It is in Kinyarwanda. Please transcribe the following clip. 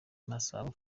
masabo